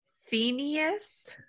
phineas